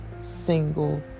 single